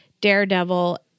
Daredevil